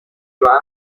ژوئن